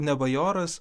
ne bajoras